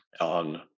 on